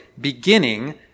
beginning